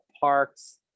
parks